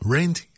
Rent